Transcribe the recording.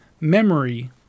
memory